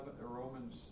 Romans